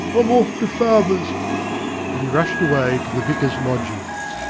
i'm auf to father's and he rushed away to the vicar's lodgings.